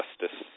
Justice